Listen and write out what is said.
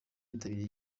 bitabiriye